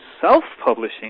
self-publishing